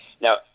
Now